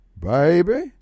baby